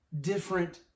different